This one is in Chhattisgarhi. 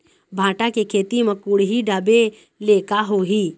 भांटा के खेती म कुहड़ी ढाबे ले का होही?